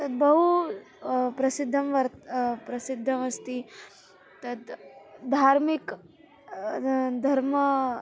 तद् बहु प्रसिद्धं वर् प्रसिद्धमस्ति तत् धार्मिकः धर्मः